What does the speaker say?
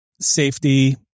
safety